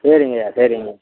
சரிங்கய்யா சரிங்க